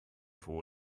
for